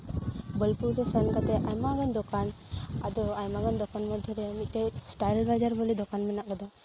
ᱵᱳᱞᱯᱩᱨ ᱨᱮ ᱥᱮᱱ ᱠᱟᱛᱮᱫ ᱟᱭᱢᱟᱜᱟᱱ ᱫᱚᱠᱟᱱ ᱟᱫᱚ ᱟᱭᱢᱟᱜᱟᱱ ᱫᱚᱠᱟᱱ ᱢᱩᱫᱽᱨᱮ ᱢᱤᱫᱴᱮᱱ ᱴᱟᱭᱤᱞ ᱵᱟᱡᱟᱨ ᱵᱚᱞᱮ ᱫᱚᱠᱟᱱ ᱢᱮᱱᱟᱜ ᱟᱠᱟᱫᱟ